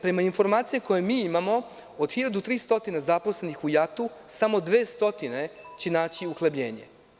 Prema informacijama koje mi imamo, od 1.300 zaposlenih u JAT, samo 200 će naći uhlebljenje.